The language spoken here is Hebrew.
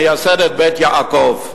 מייסדת "בית יעקב",